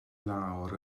lawr